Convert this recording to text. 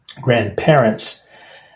grandparents